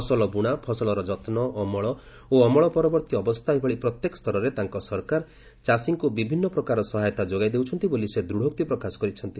ଫସଲ ବୁଣା ଫସଲର ଯତ୍ନ ଅମଳ ଓ ଅମଳ ପରବର୍ତ୍ତୀ ଅବସ୍ଥା ଏଭଳି ପ୍ରତ୍ୟେକ ସ୍ତରରେ ତାଙ୍କ ସରକାର ଚାଷୀଙ୍କୁ ବିଭିନ୍ନ ପ୍ରକାର ସହାୟତା ଯୋଗାଇ ଦେଉଛନ୍ତି ବୋଲି ସେ ଦୃଢ଼ୋକ୍ତି ପ୍ରକାଶ କରିଛନ୍ତି